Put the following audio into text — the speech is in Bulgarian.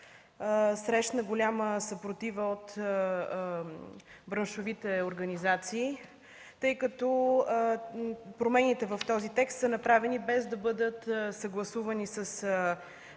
срещна голяма съпротива от браншовите организации, тъй като промените в този текст са направени без да бъдат съгласувани с